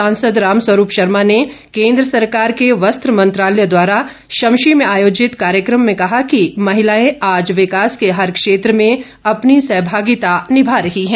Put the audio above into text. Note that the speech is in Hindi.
सांसद रामस्वरूप शर्मा ने केन्द्र सरकार के वस्त्र मंत्रालय द्वारा शमशी में आयोजित कार्यक्रम में कहा कि महिलाएं आज विकास के हर क्षेत्र में अपनी सहभागिता निभा रही हैं